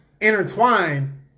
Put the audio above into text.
intertwine